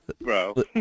bro